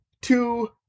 two